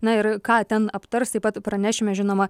na ir ką ten aptars taip pat pranešime žinoma